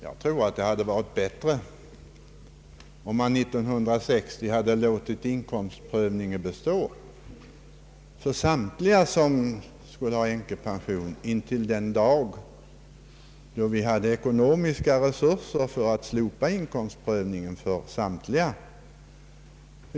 Jag tror det hade varit bättre om man 1960 hade låtit inkomstprövningen bestå för samtliga som skulle ha änkepension intill den dag då vi hade ekonomiska resurser att slopa inkomstprövningen för samtliga.